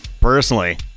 Personally